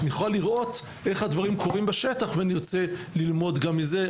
נוכל לראות איך הדברים קורים בשטח ונרצה ללמוד גם מזה.